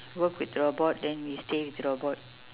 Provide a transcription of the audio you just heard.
work with robot then we stay with robot